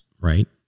right